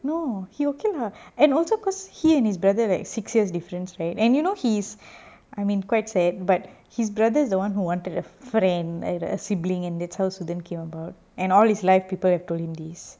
no he will kill her and also because he and his brother like six years difference right and you know he's I mean quite sad but his brother is the one who wanted a friend a sibling and that's how then came about and all his life people have told him this